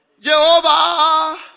Jehovah